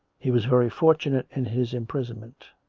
he was very fortunate in his imprisonment.